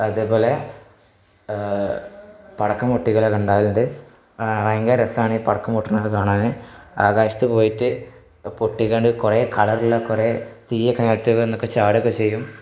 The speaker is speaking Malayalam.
അതേപോലെ പടക്കം പൊട്ടിക്കലൊക്കെ ഉണ്ടാവലുണ്ട് ഭയങ്കര രസമാണ് ഈ പടക്കം പൊട്ടുന്നത് കാണാന് ആകാശത്ത് പോയിട്ട് പൊട്ടിക്കൊണ്ട് കുറേ കളറുള്ള കുറേ തീയൊക്ക അതിനകത്തുനിന്നൊക്കെ ചാടുകയൊക്കെ ചെയ്യും